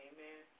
Amen